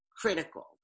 critical